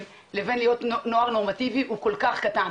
לבין להיות נוער נורמטיבי הוא כל כך קטן,